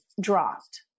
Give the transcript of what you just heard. dropped